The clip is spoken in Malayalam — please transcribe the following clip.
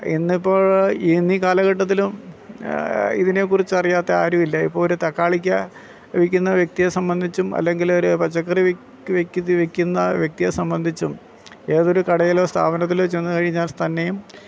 ഇന്നിപ്പോൾ ഇന്നീ കാലഘട്ടത്തിലും ഇതിനെക്കുറിച്ച് അറിയാത്ത ആരുമില്ല ഇപ്പോൾ ഒരു തക്കാളിക്ക് വിൽക്കുന്ന വ്യക്തിയെ സംബന്ധിച്ചും അല്ലെങ്കിൽ ഒരു പച്ചക്കറി വിക്ക് വിൽക്കുന്ന വ്യക്തിയെ സംബന്ധിച്ചും ഏതൊരു കടയിലോ സ്ഥാപനത്തിലോ ചെന്ന് കഴിഞ്ഞാൽ തന്നെയും